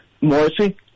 Morrissey